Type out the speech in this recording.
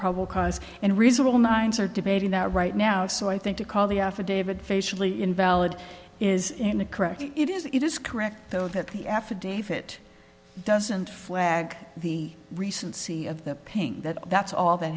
probable cause and reasonable minds are debating that right now so i think to call the affidavit facially invalid is in the correct it is it is correct though that the affidavit doesn't flag the recency of the ping that that's all that